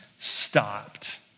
stopped